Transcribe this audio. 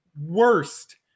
worst